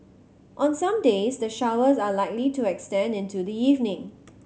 on some days the showers are likely to extend into the evening